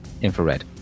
infrared